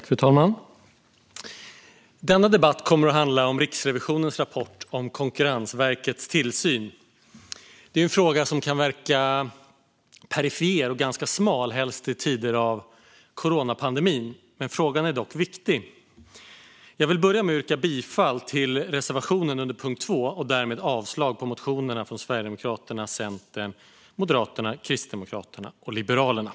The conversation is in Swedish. Fru talman! Denna debatt kommer att handla om Riksrevisionens rapport om Konkurrensverkets tillsyn. Det är en fråga som kan verka perifer och ganska smal, speciellt i tider av coronapandemi. Frågan är dock viktig. Jag vill börja med att yrka bifall till reservationen under punkt 2 och därmed avslag på motionerna från Sverigedemokraterna, Centern, Moderaterna, Kristdemokraterna och Liberalerna.